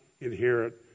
inherit